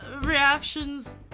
reactions